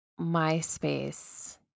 MySpace